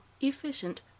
efficient